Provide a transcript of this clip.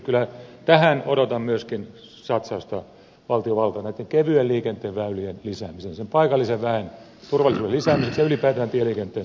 kyllä tähän odotan myöskin satsausta valtiovallalta näiden kevyen liikenteen väylien lisäämiseen paikallisen väen turvallisuuden lisäämiseksi ja ylipäätään tieliikenteen turvallisuuden lisäämiseksi